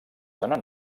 dóna